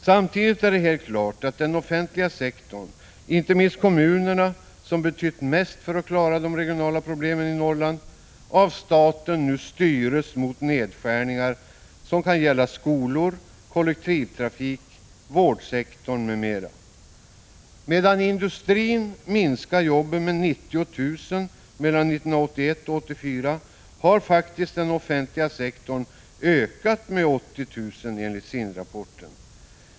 Samtidigt är det helt klart att den offentliga sektorn — inte minst kommunerna, som betytt mest för att klara de regionala problemen i Norrland — av staten nu styrs mot nedskärningar som kan gälla skolor, kollektivtrafik, vårdsektorn, m.m. Medan industrin minskat jobben med 90 000 mellan 1981 och 1984 har den offentliga sektorn faktiskt ökat med 80 000 enligt SIND-rapporten.